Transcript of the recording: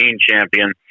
champion